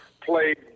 played